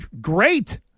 Great